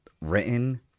written